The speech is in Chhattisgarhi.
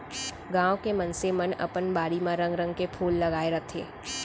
गॉंव के मनसे मन अपन बाड़ी म रंग रंग के फूल लगाय रथें